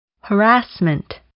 harassment